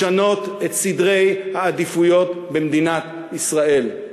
לשנות את סדרי העדיפויות במדינת ישראל.